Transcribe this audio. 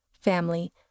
family